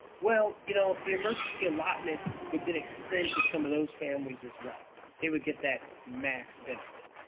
well, you know, the emergency allotment would then extend to some of those families as well. they would get that max benefit.